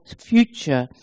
future